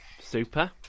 Super